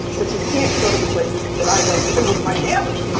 but you can't go to the places that i go to with my family.